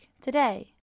today